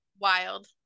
Wild